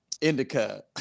indica